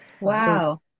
Wow